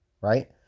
right